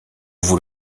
vous